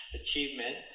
achievement